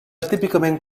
típicament